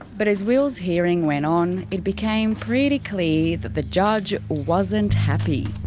but as will's hearing went on, it became pretty clear that the judge wasn't happy.